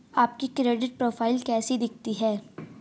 आपकी credit profile कैसी दिखती है?